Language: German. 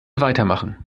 weitermachen